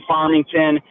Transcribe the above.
Farmington